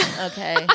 okay